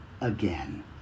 again